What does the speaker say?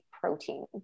protein